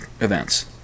events